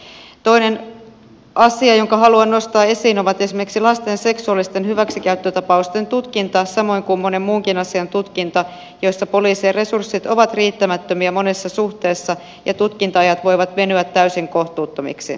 toinen asia jonka haluan nostaa esiin on esimerkiksi lasten seksuaalisten hyväksikäyttöta pausten tutkinta samoin kuin monen muunkin asian tutkinta joissa poliisien resurssit ovat riittämättömiä monessa suhteessa ja tutkinta ajat voivat venyä täysin kohtuuttomiksi